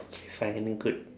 fine good